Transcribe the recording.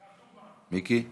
מיקי,